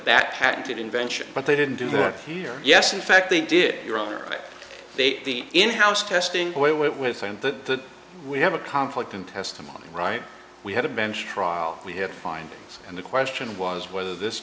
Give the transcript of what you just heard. that patented invention but they didn't do that here yes in fact they did your honor but they the in house testing it with the we have a conflict in testimony right we had a bench trial we had findings and the question was whether this